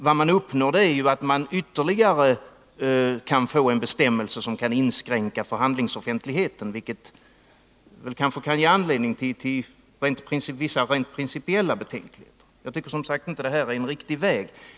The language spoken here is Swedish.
Vad man uppnår är att man kan få en bestämmelse som ytterligare inskränker förhandlingsoffentligheten, vilket kanske kan ge anledning till vissa rent principiella betänkligheter.